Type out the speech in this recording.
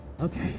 Okay